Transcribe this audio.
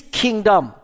kingdom